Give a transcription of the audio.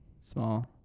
Small